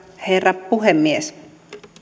herra puhemies